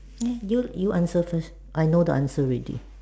eh you you answer first I know the answer already